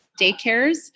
daycares